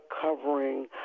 covering